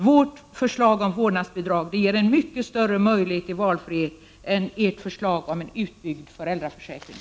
Vårt förslag om vårdnadsbidrag ger mycket större möjlighet till valfrihet än ert förslag om en utbyggd föräldraförsäkring.